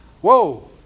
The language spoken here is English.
whoa